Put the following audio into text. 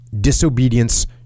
disobedience